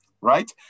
right